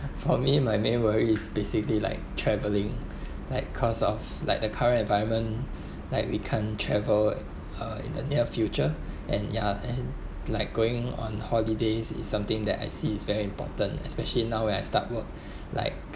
for me my main worry is basically like travelling like cause of like the current environment like we can't travel uh in the near future and yeah and like going on holidays is something that I see is very important especially now when I start work like